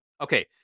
okay